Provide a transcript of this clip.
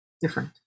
different